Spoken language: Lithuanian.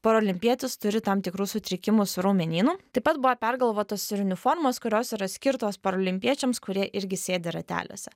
paralimpietis turi tam tikrų sutrikimų su raumenynu taip pat buvo pergalvotos ir uniformos kurios yra skirtos parolimpiečiams kurie irgi sėdi rateliuose